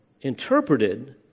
interpreted